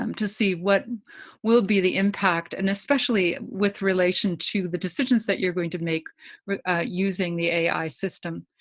um to see what will be the impact, and especially with relation to the decisions that you're going to make using the ai system.